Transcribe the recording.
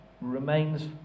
remains